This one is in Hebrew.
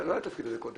לא היה התפקיד הזה קודם?